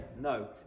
No